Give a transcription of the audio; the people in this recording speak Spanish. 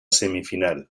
semifinal